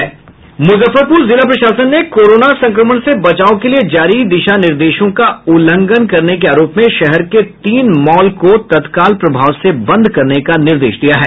मुजफ्फरपुर जिला प्रशासन ने कोरोना संक्रमण से बचाव के लिए जारी दिशा निर्देशों का उल्लंखन करने के आरोप में शहर के तीन मॉल को तत्काल प्रभाव से बंद करने का निर्देश दिया है